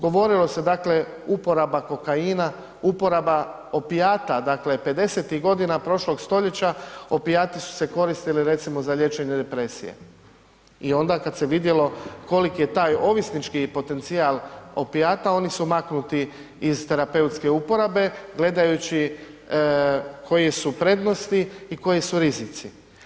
Govorilo se dakle, uporaba kokaina, uporaba opijata, dakle '50.-tih godina prošlog stoljeća opijati su se koristili recimo za liječenje depresije i onda kad se vidjelo koliki je taj ovisnički potencijal opijata, oni su maknuti iz terapeutske uporabe gledajući koje su prednosti i koji su rizici.